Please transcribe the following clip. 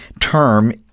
term